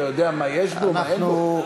אתה יודע מה יש בו, מה אין בו?